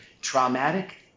traumatic